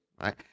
right